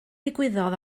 ddigwyddodd